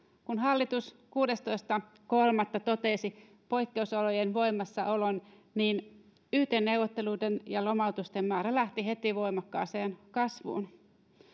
kun hallitus kuudestoista kolmatta totesi poikkeusolojen voimassaolon yt neuvotteluiden ja lomautusten määrä lähti heti voimakkaaseen kasvuun